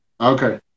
okay